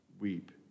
weep